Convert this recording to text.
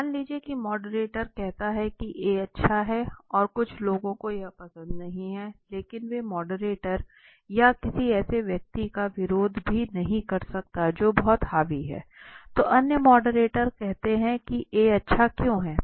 मान लीजिए कि मॉडरेटर कहते हैं कि A अच्छा है और कुछ लोगों को यह पसंद नहीं है लेकिन वे मॉडरेटर या किसी ऐसे व्यक्ति का विरोध भी नहीं कर सकते जो बहुत हावी है तो अन्य मॉडरेटर कहते हैं कि A अच्छा क्यों है